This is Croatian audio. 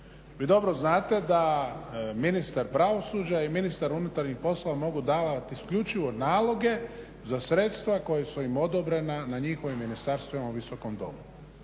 Vi dobro znate da ministar pravosuđa i ministar unutarnjih poslova mogu davati isključivo naloge za sredstva koja su im odobrena na njihovim ministarstvima u Visokom domu.